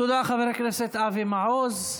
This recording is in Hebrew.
תודה, חבר הכנסת אבי מעוז.